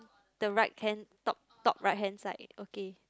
the right hand top top right hand side okay